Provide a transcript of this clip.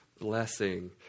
blessing